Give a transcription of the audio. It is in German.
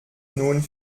nun